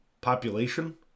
population